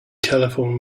telephoned